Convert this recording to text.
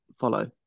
follow